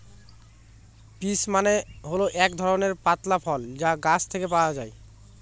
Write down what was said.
peach মানে হল এক ধরনের পাতলা ফল যা গাছ থেকে পাওয়া যায়